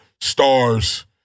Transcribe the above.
stars